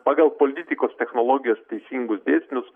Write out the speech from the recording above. pagal politikos technologijos teisingus dėsnius